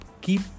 keep